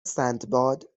سندباد